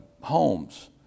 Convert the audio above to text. homes